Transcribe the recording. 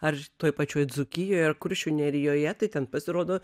ar toj pačioj dzūkijoje ir kuršių nerijoje tai ten pasirodo